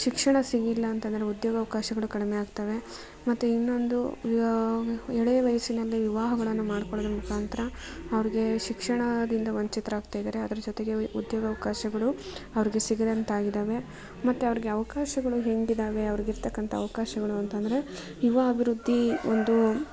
ಶಿಕ್ಷಣ ಸಿಗಲಿಲ್ಲ ಅಂತಂದರೆ ಉದ್ಯೋಗಾವ್ಕಾಶಗಳು ಕಡಿಮೆ ಆಗ್ತವೆ ಮತ್ತು ಇನ್ನೊಂದು ವಿವ ಎಳೆಯ ವಯಸ್ಸಿನಲ್ಲಿ ವಿವಾಹಗಳನ್ನು ಮಾಡ್ಕೊಳ್ಳೊದ್ರ ಮುಖಾಂತರ ಅವ್ರಿಗೆ ಶಿಕ್ಷಣದಿಂದ ವಂಚಿತರಾಗ್ತಾ ಇದ್ದಾರೆ ಅದ್ರ ಜೊತೆಗೆ ಉದ್ಯೋಗಾವ್ಕಾಶಗಳು ಅವ್ರಿಗೆ ಸಿಗದಂತೆ ಆಗಿದ್ದಾವೆ ಮತ್ತೆ ಅವ್ರಿಗೆ ಅವಕಾಶಗಳು ಹೇಗಿದಾವೆ ಅವ್ರಿಗಿರ್ತಕ್ಕಂಥ ಅವಕಾಶಗಳು ಅಂತಂದರೆ ಯುವ ಅಭಿವೃದ್ಧಿ ಒಂದು